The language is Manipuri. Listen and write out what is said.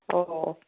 ꯑꯣ ꯑꯣ